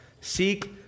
Seek